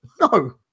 No